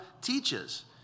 teaches